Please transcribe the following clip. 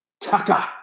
Tucker